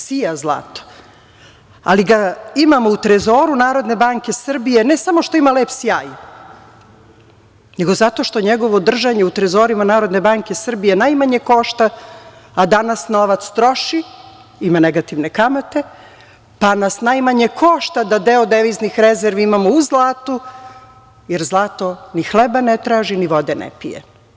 Sija zlato, ali ga imamo u trezoru Narodne banke Srbije, i ne samo što ima lep sjaj, nego zato što njegovo držanje u trezorima Narodne banke Srbije najmanje košta, a danas novac troši, ima negativne kamate, pa nas najmanje košta da deo deviznih rezervi imamo u zlatu, jer zlato ni hleba ne traži ni vode ne pije.